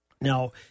Now